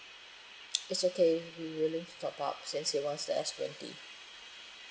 it's okay we willing to top up since he wants the S twenty